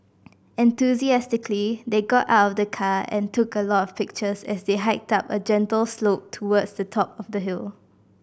enthusiastically they got out of the car and took a lot of pictures as they hiked up a gentle slope towards the top of the hill